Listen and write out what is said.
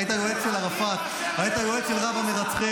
היית יועץ של ערפאת, היית יועץ של רב-המרצחים,